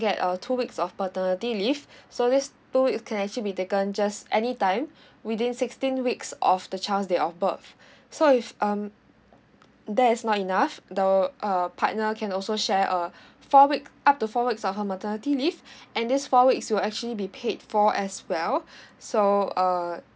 get uh two weeks of paternity leave so these two weeks can actually be taken just anytime within sixteen weeks of the child's date of birth so if um that is not enough the uh partner can also share uh four week up to four weeks of her maternity leave and these four weeks will actually be paid for as well so err